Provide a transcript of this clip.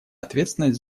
ответственность